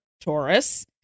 Taurus